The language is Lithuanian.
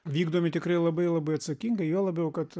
vykdomi tikrai labai labai atsakingai juo labiau kad